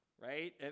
right